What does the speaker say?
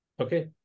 Okay